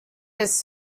his